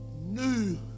new